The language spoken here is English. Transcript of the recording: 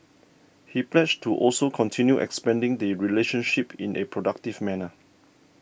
he pledged to also continue expanding the relationship in a productive manner